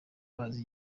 bazi